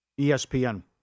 ESPN